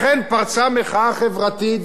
לכן פרצה המחאה החברתית,